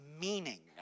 meaning